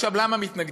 עכשיו, למה מתנגדים?